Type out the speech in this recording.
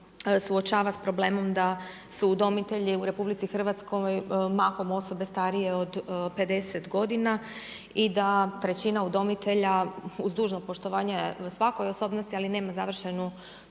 suočava s problemom da su udomitelji u RH mahom osobe starije od 50 godina i da trećina udomitelja uz dužno poštovanje svakoj osobnosti ali nema završenu